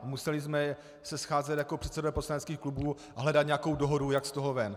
Museli jsme se scházet jako předsedové poslaneckých klubů a hledat nějakou dohodu, jak z toho ven.